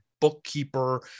bookkeeper